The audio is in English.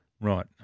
Right